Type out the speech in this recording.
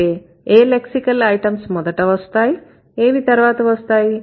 అయితే ఏ lexical items మొదట వస్తాయి ఏవి తర్వాత వస్తాయి